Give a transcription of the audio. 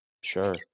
Sure